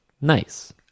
nice